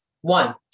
One